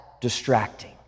distracting